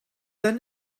then